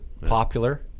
popular